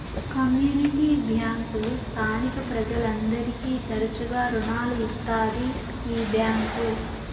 community బ్యాంకులు స్థానిక ప్రజలందరికీ తరచుగా రుణాలు ఇత్తాది ఈ బ్యాంక్